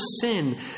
sin